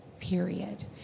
period